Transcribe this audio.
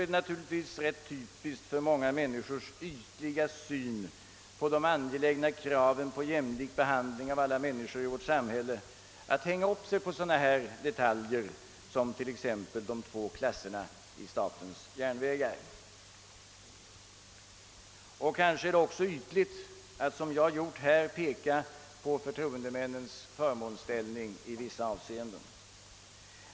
Det är ganska typiskt för många människors ytliga syn på de angelägna kraven om jämlikhet för människorna i vårt samhälle, att man hänger upp sig på sådana detaljer som de två klasserna i statens järnvägars vagnar. Och kanske är det också ytligt att, så som jag gjort här, peka på förtroendemännens förmånsställning i vissa avseenden.